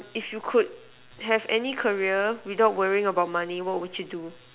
if you could have any career without worrying about money what would you do